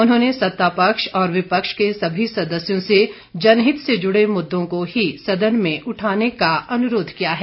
उन्होंने सत्ता पक्ष और विपक्ष के सभी सदस्यों से जनहित से जुड़े मुददों को ही सदन में उठाने का अनुरोध किया है